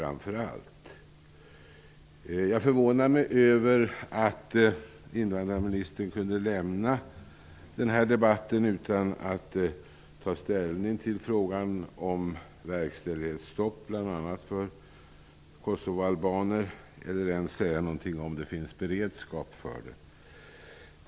Det förvånar mig att invandrarministern kunde lämna debatten utan att ta ställning till frågan om verkställighetsstopp för bl.a. kosovoalbaner och utan att ens säga något om huruvida det finns beredskap för det.